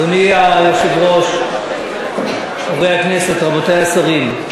אדוני היושב-ראש, חברי הכנסת, רבותי השרים,